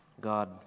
God